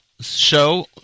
show